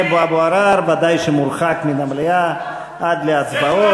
חבר הכנסת טלב אבו עראר ודאי שמורחק מן המליאה עד להצבעות.